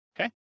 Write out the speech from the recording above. okay